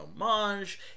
homage